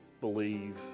believe